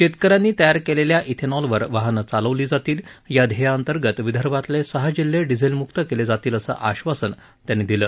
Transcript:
शेतकऱ्यांनी तयार केलेल्या श्रिनॉलवर वाहनं चालवली जातील या ध्येयाअंतर्गत विदर्भातले सहा जिल्हे डिझेलमुक्त केले जातील असं आश्वासन त्यांनी दिलं